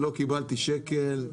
לא קיבלתי שקל.